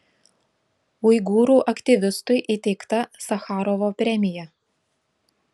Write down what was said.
uigūrų aktyvistui įteikta sacharovo premija